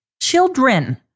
children